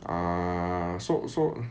ah so so